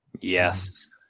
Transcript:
Yes